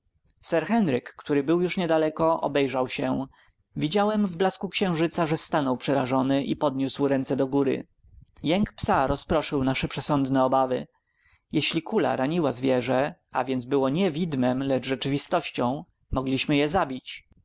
henryk który już był daleko obejrzał się widziałem w blasku księżycu że stanął przerażony i podniósł ręce do góry jęk psa rozproszył nasze przesądne obawy jeśli kula raniła zwierzę a więc było nie widmem lecz rzeczywistością mogliśmy je zabić